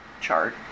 chart